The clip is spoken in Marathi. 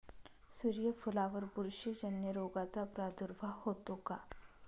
सूर्यफुलावर बुरशीजन्य रोगाचा प्रादुर्भाव होतो का?